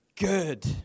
Good